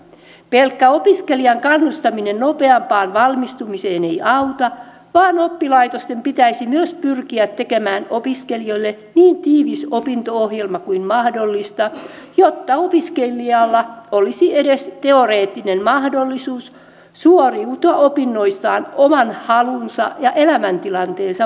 pelkkä opiskelijan kannustaminen nopeampaan valmistumiseen ei auta vaan oppilaitosten pitäisi myös pyrkiä tekemään opiskelijoille niin tiivis opinto ohjelma kuin mahdollista jotta opiskelijalla olisi edes teoreettinen mahdollisuus suoriutua opinnoistaan oman halunsa ja elämäntilanteensa mukaan